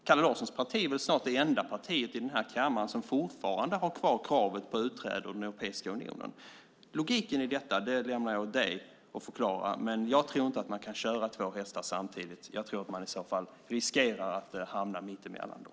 Kalle Larssons parti är väl snart det enda parti i kammaren som fortfarande har kvar kravet på utträde ur Europeiska unionen. Logiken i detta lämnar jag åt dig att förklara, men jag tror inte att man kan köra två hästar samtidigt. Jag tror att man i så fall riskerar att hamna mittemellan dem.